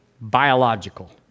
biological